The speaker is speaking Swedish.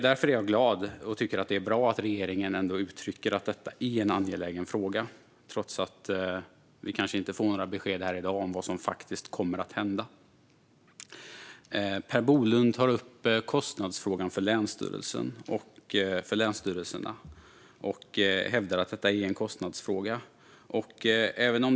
Därför är jag glad och tycker att det är bra att regeringen ändå uttrycker att detta är en angelägen fråga, trots att vi kanske inte får några besked här i dag om vad som faktiskt kommer att hända. Per Bolund tog upp frågan om kostnader för länsstyrelserna och hävdade att detta är en kostnadsfråga.